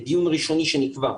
בדיון ראשוני שנקבע,